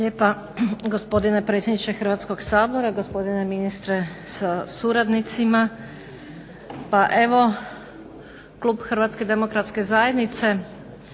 lijepa gospodine predsjedniče Hrvatskog sabora, gospodine ministre sa suradnicima. Pa evo klub HDZ-a podupire napore